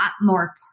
more